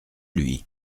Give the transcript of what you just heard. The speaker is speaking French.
lui